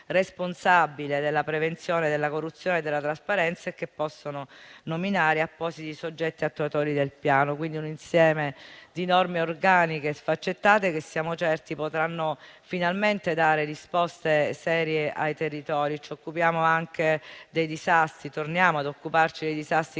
responsabile della prevenzione della corruzione e della trasparenza e che possono nominare appositi soggetti attuatori del Piano. Si tratta di un insieme di norme organiche e sfaccettate, che siamo certi potranno finalmente dare risposte serie ai territori. Torniamo ad occuparci dei disastri